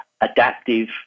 adaptive